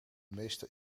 meeste